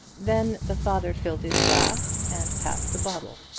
then the father filled his glass and passed the bottle.